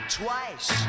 twice